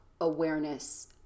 awareness